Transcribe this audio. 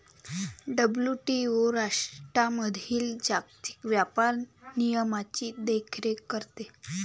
WTO राष्ट्रांमधील जागतिक व्यापार नियमांची देखरेख करते